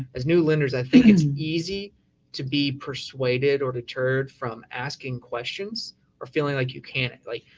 as new lenders, i think it's easy to be persuaded or deterred from asking questions or feeling like you can't like,